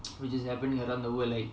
which is happening around the world like